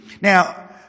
Now